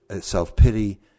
self-pity